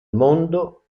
mondo